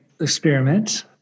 experiment